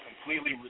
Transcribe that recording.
Completely